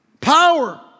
Power